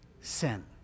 sin